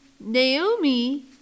Naomi